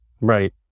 right